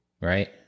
Right